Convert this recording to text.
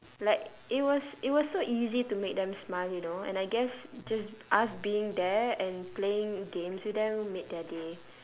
like it was it was so easy to make them smile you know and I guess just us being there and playing games with them made their day